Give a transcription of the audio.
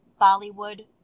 Bollywood